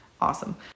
awesome